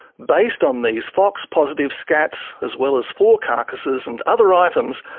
based on these fox-positive scats, as well as four carcasses and other items,